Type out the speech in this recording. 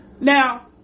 Now